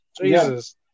Jesus